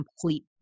complete